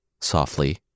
Softly